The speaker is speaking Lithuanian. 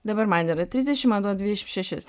dabar man yra trisdešim man duoda dvidešim šešis